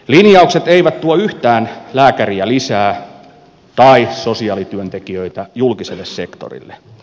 linjaukset eivät tuo yhtään lääkäriä lisää tai sosiaalityöntekijöitä julkiselle sektorille